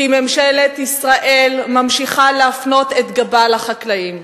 כי ממשלת ישראל ממשיכה להפנות את גבה לחקלאים,